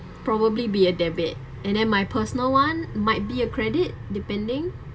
probably be a debit and then my personal one might be a credit depending